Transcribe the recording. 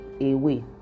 away